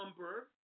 number